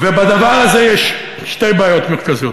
ובדבר הזה יש שתי בעיות מרכזיות: